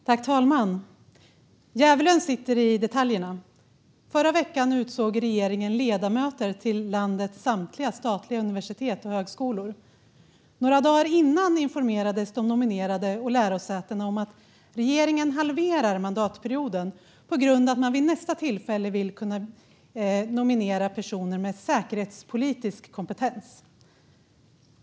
Fru talman! Djävulen sitter i detaljerna. Förra veckan utsåg regeringen ledamöter till styrelserna för landets samtliga statliga universitet och högskolor. Några dagar tidigare informerades de nominerade och lärosätena om att regeringen halverar mandatperioden på grund av att man vid nästa tillfälle vill kunna nominera personer med säkerhetspolitisk kompetens.